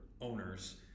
owners